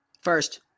First